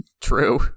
True